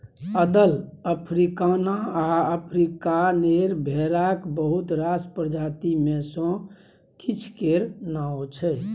अदल, अफ्रीकाना आ अफ्रीकानेर भेराक बहुत रास प्रजाति मे सँ किछ केर नाओ छै